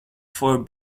for